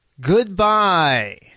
Goodbye